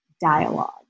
dialogue